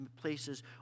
places